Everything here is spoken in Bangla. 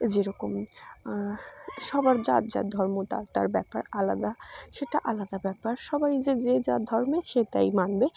যেরকম সবার যার যার ধর্ম তার তার ব্যাপার আলাদা সেটা আলাদা ব্যাপার সবাই যে যে যার ধর্মে সে তাই মানবে